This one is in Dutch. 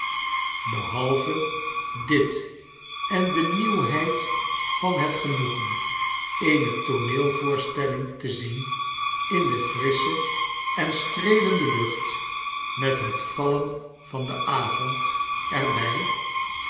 behalve dit en de nieuwheid van het genoegen eene tooneelvoorstelling te zien in de frissche en streelende lucht met het vallen van den avond er